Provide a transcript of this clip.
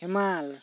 ᱦᱮᱢᱟᱞ